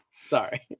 Sorry